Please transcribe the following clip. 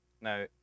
Now